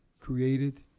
created